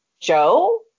Joe